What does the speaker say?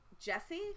jesse